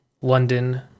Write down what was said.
London